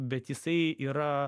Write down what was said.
bet jisai yra